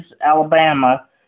Alabama